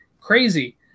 crazy